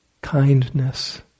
Kindness